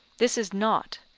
this is not,